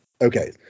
Okay